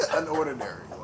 unordinary